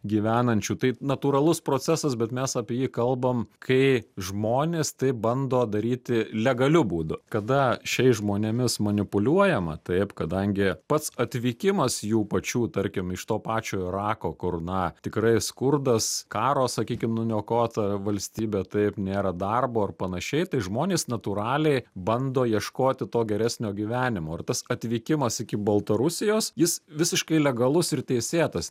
gyvenančių tai natūralus procesas bet mes apie jį kalbam kai žmonės tai bando daryti legaliu būdu kada šiais žmonėmis manipuliuojama taip kadangi pats atvykimas jų pačių tarkim iš to pačio irako kur na tikrai skurdas karo sakykim nuniokota valstybė taip nėra darbo ir panašiai tai žmonės natūraliai bando ieškoti to geresnio gyvenimo ir tas atvykimas iki baltarusijos jis visiškai legalus ir teisėtas